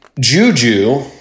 juju